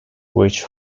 which